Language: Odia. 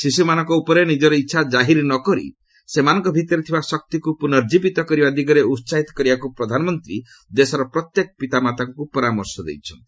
ଶିଶୁମାନଙ୍କ ଉପରେ ନିଜର ଇଚ୍ଛା କାହିର ନ କରି ସେମାନଙ୍କ ଭିତରେ ଥିବା ଶକ୍ତିକୁ ପୁନର୍କୀବିତ କରିବା ଦିଗରେ ଉହାହିତ କରିବାକୁ ପ୍ରଧାନମନ୍ତ୍ରୀ ଦେଶର ପ୍ରତ୍ୟେକ ପିତାମାତାଙ୍କୁ ପରାମର୍ଶ ଦେଇଛନ୍ତି